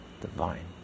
divine